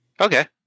okay